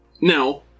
Now